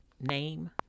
name